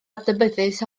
adnabyddus